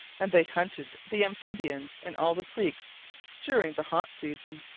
and they hunted the amphibians in all the creeks during the hot season.